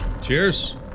Cheers